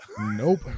nope